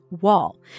wall